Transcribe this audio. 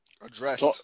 Addressed